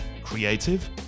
creative